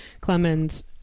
Clemens